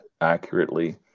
accurately